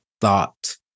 thought